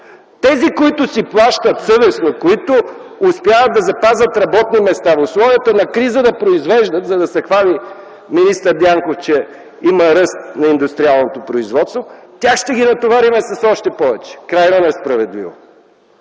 Тези, които си плащат съвестно, които успяват да запазят работни места в условията на криза, да произвеждат, за да се хвали министър Дянков, че има ръст на индустриалното производство, тях ще ги натоварим с още повече. Крайно несправедливо